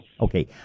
Okay